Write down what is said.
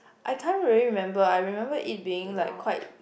I can't really remember I remember it being like quite